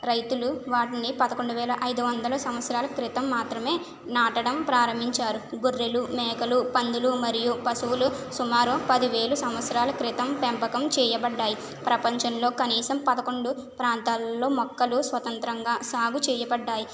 రైతులు వాటిని పదకొండు వేల ఐదు వందలు సంవత్సరాల క్రితం మాత్రమే నాటడం ప్రారంభించారు గొర్రెలు మేకలు పందులు మరియు పశువులు సుమారు పది వేల సంవత్సరాల క్రితం పెంపకం చేయబడ్డాయి ప్రపంచంలో కనీసం పదకొండు ప్రాంతాలలో మొక్కలు స్వతంత్రంగా సాగు చేయబడ్డాయి